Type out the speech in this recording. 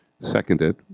seconded